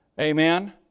Amen